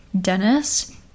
Dennis